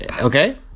okay